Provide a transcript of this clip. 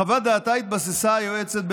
בחוות דעתה התבססה היועצת,